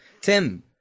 tim